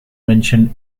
mentioned